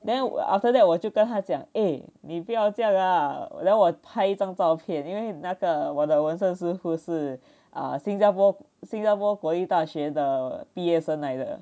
then after that 我就跟他讲 eh 你不要这样啦 then 我拍一张照片因为那个我的纹身师傅是啊新加坡新加坡国立大学的毕业生来的